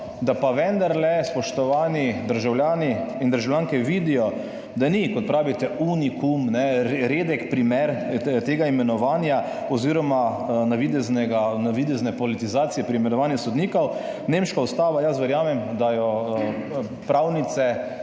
da vendarle spoštovani državljani in državljanke vidijo, da ni, kot pravite, unikum, redek primer tega imenovanja oziroma navidezne politizacije pri imenovanju sodnikov. Nemška ustava, jaz verjamem, da pravnice